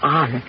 on